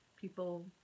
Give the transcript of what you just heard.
people